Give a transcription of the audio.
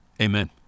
Amen